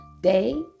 day